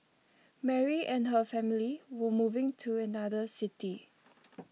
Mary and her family were moving to another city